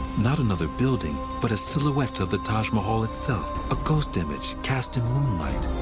not another building, but a silhouette of the taj mahal itself, a ghost image cast in moonlight.